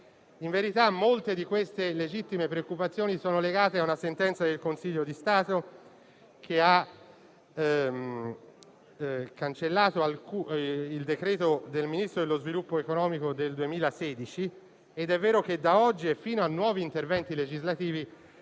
In verità, molte di queste legittime preoccupazioni sono legate a una sentenza del Consiglio di Stato che ha cancellato il decreto del Ministro dello sviluppo economico del 17 febbraio 2016. È vero che, da oggi e fino a nuovi interventi legislativi,